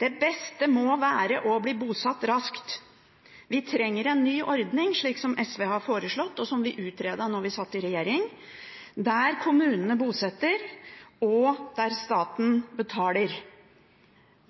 Det beste må være å bli bosatt raskt. Vi trenger en ny ordning, slik som SV har foreslått, og som vi utredet da vi satt i regjering. Hver kommune bosetter, og staten betaler.